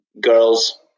girls